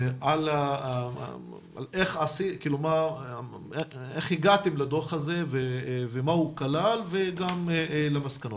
על איך הגעתם לדוח הזה, מה הוא כלל וגם למסקנות.